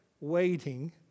waiting